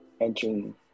entering